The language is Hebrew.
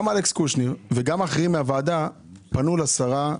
גם אלכס קושניר וגם אחרים מן הוועדה פנו לשרה,